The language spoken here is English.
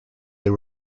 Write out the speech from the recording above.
they